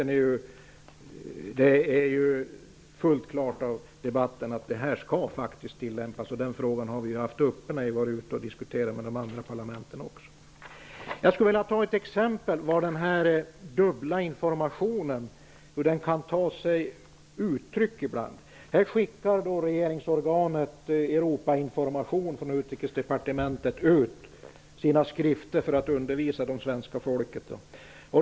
Det framgår klart av debatten att det här skall tillämpas. Den frågan har varit uppe också när vi har diskuterat med de andra parlamenten. Jag skulle vilja ge ett exempel på hur den dubbla informationen kan ta sig uttryck. Regeringsorganet Sekretariatet för Europainformation skickar ut sina skrifter från Utrikesdepartementet för att undervisa svenska folket.